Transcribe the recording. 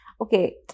Okay